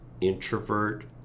introvert